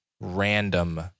random